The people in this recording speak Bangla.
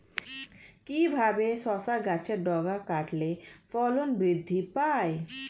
কিভাবে শসা গাছের ডগা কাটলে ফলন বৃদ্ধি পায়?